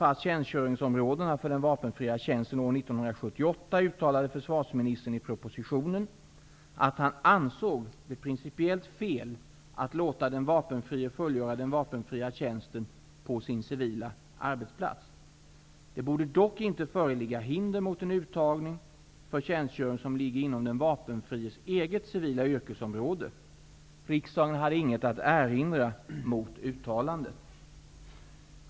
att han ansåg det principiellt fel att låta den vapenfrie fullgöra den vapenfria tjänsten på sin civila arbetsplats. Det borde dock inte föreligga hinder mot en uttagning för tjänstgöring som ligger inom den vapenfries eget civila yrkesområde. Riksdagen hade inte något att erinra mot uttalandet.